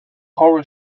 horror